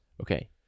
Okay